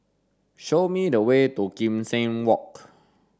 show me the way to Kim Seng Walk